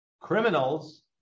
criminals